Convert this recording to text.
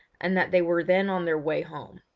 and that they were then on their way home.